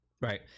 right